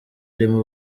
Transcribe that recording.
arimo